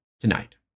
tonight